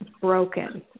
broken